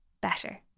better